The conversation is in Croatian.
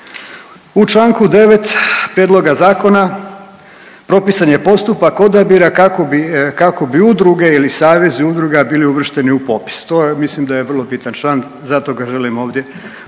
U Članku 9. prijedloga zakona propisan je postupak odabira kako bi udruge ili savezi udruga bili uvršteni u popis. To mislim da je vrlo bitan članak zato ga želim ovdje potanko